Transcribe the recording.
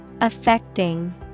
Affecting